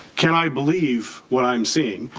can i believe what i'm seeing.